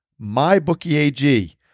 MyBookieAG